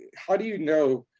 how do you know,